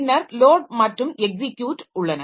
பின்னர் லோட் மற்றும் எக்ஸிக்யுட் உள்ளன